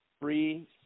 Free